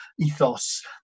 ethos